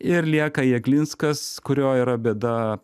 ir lieka jeglinskas kurio yra bėda